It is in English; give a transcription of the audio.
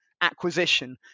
acquisition